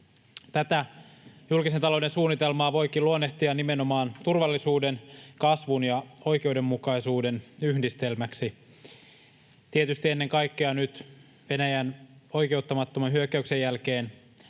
Tätä julkisen talouden suunnitelmaa voikin luonnehtia nimenomaan turvallisuuden, kasvun ja oikeudenmukaisuuden yhdistelmäksi. Tietysti ennen kaikkea nyt Venäjän oikeuttamattoman hyökkäyksen jälkeen